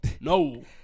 No